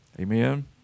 Amen